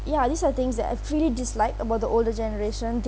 ya these are the things that I really dislike about the older generation